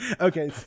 Okay